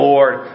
Lord